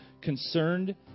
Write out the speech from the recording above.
concerned